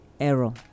error